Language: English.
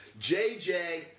JJ